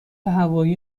هوایی